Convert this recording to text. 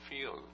feel